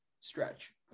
stretch